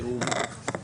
פירורים.